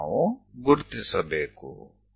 ಅನ್ನು ನಾವು ಗುರುತಿಸಬೇಕು